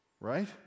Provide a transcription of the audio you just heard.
Right